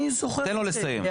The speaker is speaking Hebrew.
אני זוכר את זה.